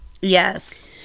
Yes